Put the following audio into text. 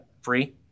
free